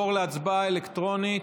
להצבעה אלקטרונית.